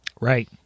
Right